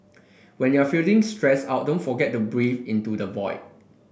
when you are feeling stressed out don't forget to breathe into the void